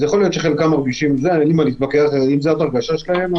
יכול להיות שחלקם מרגישים כך ואם זאת ההרגשה שלהם,